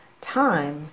Time